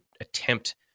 attempt